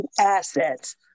assets